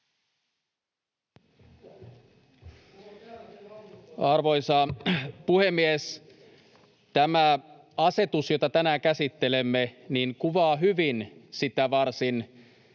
Arvoisa puhemies! Tämä asetus, jota tänään käsittelemme, kuvaa hyvin sitä varsin